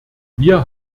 wir